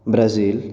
Brazil